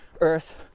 earth